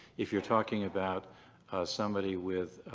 if you're talking about somebody with a